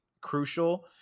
crucial